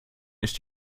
ist